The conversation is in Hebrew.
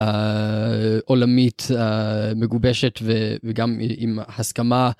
עולמית מגובשת וגם עם הסכמה.